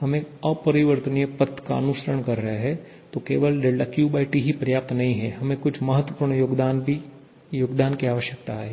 हम एक अपरिवर्तनीय पथ का अनुसरण कर रहे हैं तो केवल dQT ही पर्याप्त नहीं है हमें कुछ महत्वपूर्ण योगदान की आवश्यकता है